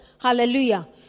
Hallelujah